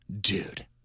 Dude